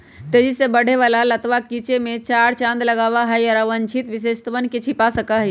तेजी से बढ़े वाला लतवा गीचे में चार चांद लगावा हई, और अवांछित विशेषतवन के छिपा सका हई